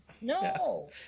No